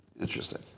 Interesting